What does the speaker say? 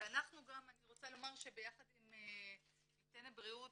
ואני רוצה לומר שביחד עם טנא בריאות,